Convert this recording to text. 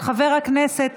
של חבר הכנסת